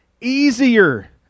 easier